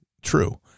true